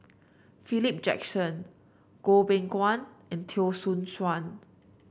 Philip Jackson Goh Beng Kwan and Teo Soon Chuan